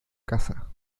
casa